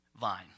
vine